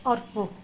अर्को